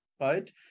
right